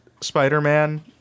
Spider-Man